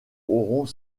auront